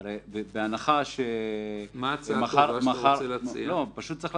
מה ההצעה הטובה שאתה רוצה להציע?